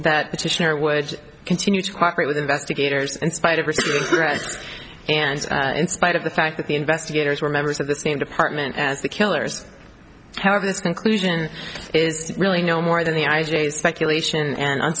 that petitioner would continue to cooperate with investigators in spite of the rest and in spite of the fact that the investigators were members of the same department as the killers however this conclusion is really no more than the eye day's speculation and